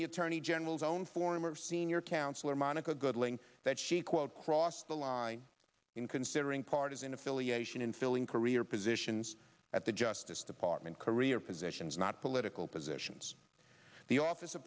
the attorney general's own former senior counselor monica goodling that she quote crossed the line in considering partisan affiliation in filling career positions at the justice department career positions not political positions the office